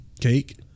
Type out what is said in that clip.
Cake